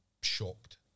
shocked